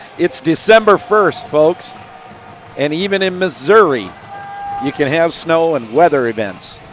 it's december first, folks and even in missouri you can have snow and weather events.